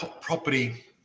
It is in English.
property